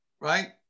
Right